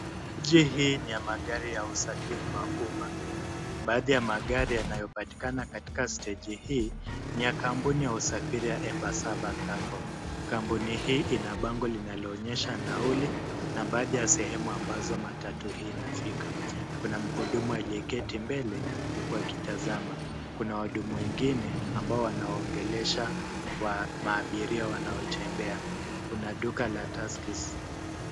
Mji hii ni ya magari ya usafiri wa umma. Baadhi ya magari yanayopatikana katika steji hii ni ya kampuni ya usafiri ya Embasava Sacco. Kampuni hii ina bango linaloonyesha nauli na baadhi ya sehemu ambazo matatu hii inafika. Kuna mhudumu aliyeketi mbele huku akitazama . Kuna wahudumu wengine ambao wanao waongelesha maabiria wanaotembea. Kuna duka la Tuskys.